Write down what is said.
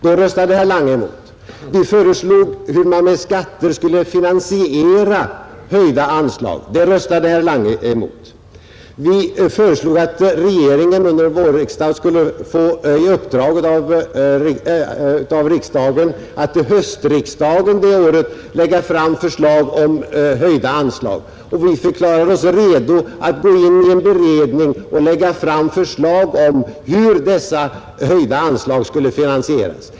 Då röstade herr Lange emot. Vi föreslog hur man med skatter skulle finansiera höjda anslag. Det röstade herr Lange emot. Vi föreslog under vårriksdagen att regeringen skulle få i uppdrag av riksdagen att till höstriksdagen det året lägga fram förslag om höjda anslag, och vi förklarade oss redo att gå in i en beredning och lägga fram förslag om hur dessa anslag skulle finansieras.